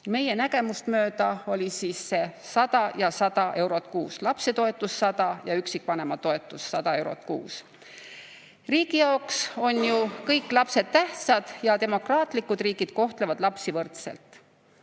Meie nägemust mööda oli see 100 ja 100 eurot kuus – lapsetoetus 100 eurot ja üksikvanema toetus 100 eurot kuus. Riigi jaoks on ju kõik lapsed tähtsad ja demokraatlikud riigid kohtlevad lapsi võrdselt.